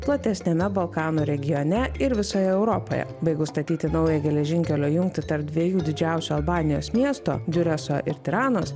platesniame balkanų regione ir visoje europoje baigus statyti naują geležinkelio jungtį tarp dviejų didžiausių albanijos miestų diureso ir tiranos